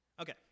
Okay